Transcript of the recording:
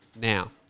now